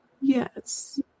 Yes